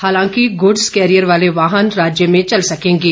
हालांकि goods carrier वाले वाहन राज्य में चल सकेंगे